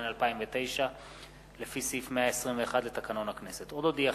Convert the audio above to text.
הנני מתכבד להודיעכם,